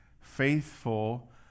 faithful